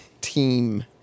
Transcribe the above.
team